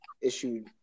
issued